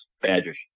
Badgers